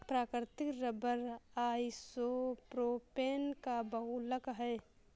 प्राकृतिक rubber isopropene का बहुलक है